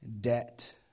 debt